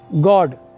God